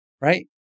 Right